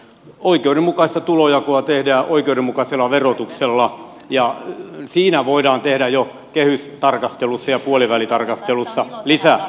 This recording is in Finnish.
oikeudenmukaista tulonjakoa tehdään oikeudenmukaisella verotuksella ja siinä voidaan tehdä jo kehystarkastelussa ja puolivälitarkastelussa lisäratkaisuja